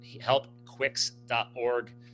helpquicks.org